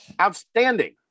outstanding